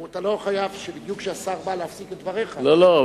אתה לא חייב להפסיק את דבריך בדיוק כשהשר בא,